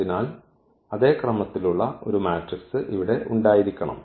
അതിനാൽ അതേ ക്രമത്തിലുള്ള ഒരു മാട്രിക്സ് ഇവിടെ ഉണ്ടായിരിക്കണം